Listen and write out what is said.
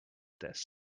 this